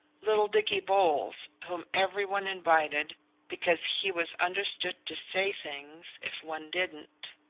little dicky bowles, whom every one invited because he was understood to say things if one didn't